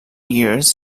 years